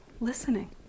listening